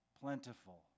plentiful